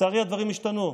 לצערי הדברים השתנו.